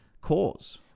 cause